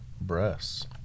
breasts